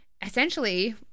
essentially